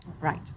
Right